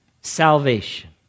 salvation